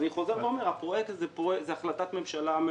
אני חוזר ואומר: הפרויקט הזה הוא החלטת ממשלה,